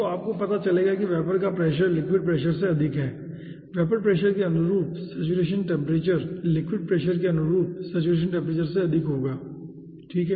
तो आपको पता चलेगा कि वेपर का प्रेशर लिक्विड प्रेशर से अधिक है वेपर प्रेशर के अनुरूप सेचुरेशन टेम्परेचर लिक्विड प्रेशर के अनुरूप सेचुरेशन टेम्परेचर से अधिक होगा ठीक है